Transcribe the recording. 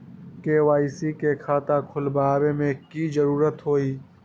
KYC के खाता खुलवा में की जरूरी होई?